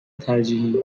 ترجیحی